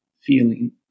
feeling